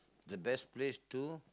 the best place to